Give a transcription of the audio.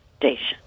station